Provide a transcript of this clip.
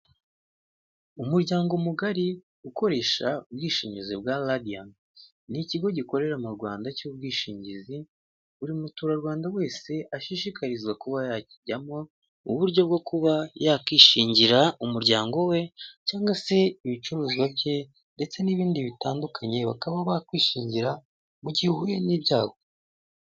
Umuryango mugari ukoresha ubwishingizi bwa radiyanti. Ni ikigo gikorera mu Rwanda cy'ubwishingizi buri mutura Rwanda wese ashishikarizwa kuba yajyamo, uburyo bwo kuba yakishingira umuryango we, cyangwa se ibicuruzwa bye, ndetse n'ibindi bitandukanye bakaba bakwishingira mu gihe uhuye n'ibyago.